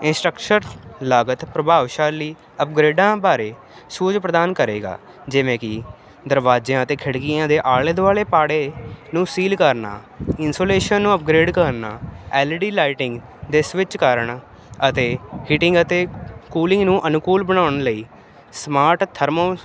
infrastructure ਲਾਗਤ ਪ੍ਰਭਾਵਸ਼ਾਲੀ ਅਪਗਰੇਡਾਂ ਬਾਰੇ ਸੂਝ ਪ੍ਰਦਾਨ ਕਰੇਗਾ ਜਿਵੇਂ ਕਿ ਦਰਵਾਜ਼ਿਆਂ ਅਤੇ ਖਿੜਕੀਆਂ ਦੇ ਆਲੇ ਦੁਆਲੇ ਪਾੜੇ ਨੂੰ ਸੀਲ ਕਰਨਾ ਇੰਸੋਲੇਸ਼ਨ ਨੂੰ ਅਪਗਰੇਡ ਕਰਨਾ ਐਲ ਈ ਡੀ ਲਾਈਟਿੰਗ ਦੇ ਸਵਿੱਚ ਕਾਰਨ ਅਤੇ ਹੀਟਿੰਗ ਅਤੇ ਕੂਲਿੰਗ ਨੂੰ ਅਨੁਕੂਲ ਬਣਾਉਣ ਲਈ ਸਮਾਰਟ ਥਰਮੋ